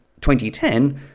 2010